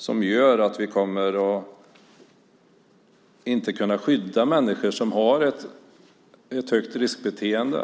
Det gör att vi inte kommer att kunna skydda människor som har ett högt riskbeteende.